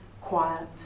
quiet